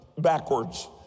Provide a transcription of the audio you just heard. backwards